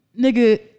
nigga